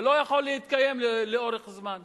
זה לא יכול להתקיים לאורך זמן.